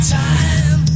time